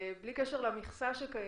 בלי קשר למכסה מסוימת,